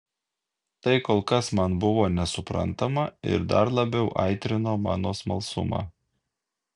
tai kol kas man buvo nesuprantama ir dar labiau aitrino mano smalsumą